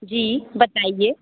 जी बताइए